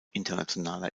internationaler